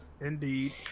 Indeed